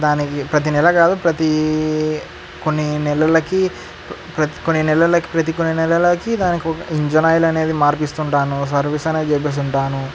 దానికి ప్రతి నెల కాదు ప్రతీ కొన్ని నెలలకి ప్రతి కొన్ని నెలలకి ప్రతి కొన్ని నెలలకి దానికి ఒక ఇంజన్ ఆయిల్ అనేది మార్పిస్తు ఉంటాను సర్వీస్ అనేది చేయిస్తు ఉంటాను